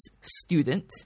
student